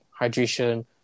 hydration